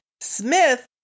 Smith